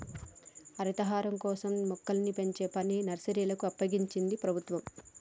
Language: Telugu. హరితహారం కోసం మొక్కల్ని పెంచే పనిని నర్సరీలకు అప్పగించింది ప్రభుత్వం